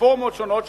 ברפורמות שונות,